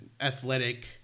athletic